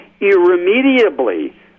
irremediably